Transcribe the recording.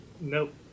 Nope